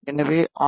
எனவே ஆர்